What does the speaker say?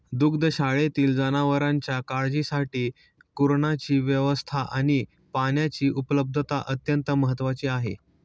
दुग्धशाळेतील जनावरांच्या काळजीसाठी कुरणाची व्यवस्था आणि पाण्याची उपलब्धता अत्यंत महत्त्वाची आहे